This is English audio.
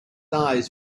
eyes